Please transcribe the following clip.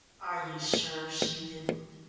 are you sure she didn't?